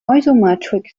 isometric